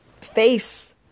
face